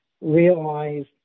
realized